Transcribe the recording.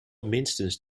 minstens